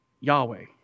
Yahweh